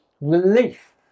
relief